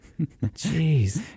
Jeez